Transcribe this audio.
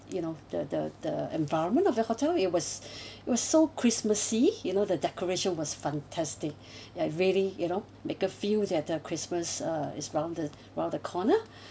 you know the the the environment of the hotel it was it was so christmassy you know the decoration was fantastic like very you know make us feel like the christmas uh is around the~ around the corner